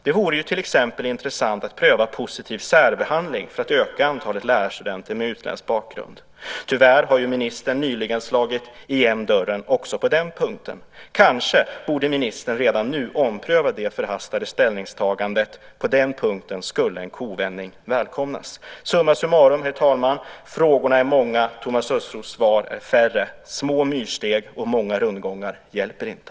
Det vore till exempel intressant att pröva positiv särbehandling för att öka antalet lärarstudenter med utländsk bakgrund. Tyvärr har ministern nyligen slagit igen dörren också på den punkten. Kanske borde ministern redan nu ompröva det förhastade ställningstagandet. På den punkten skulle en kovändning välkomnas. Summa summarum, herr talman: Frågorna är många. Thomas Östros svar är färre. Små myrsteg och många rundgångar hjälper inte.